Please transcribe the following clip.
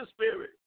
Spirit